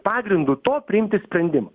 pagrindu to priimti sprendimą